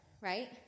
right